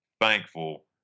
thankful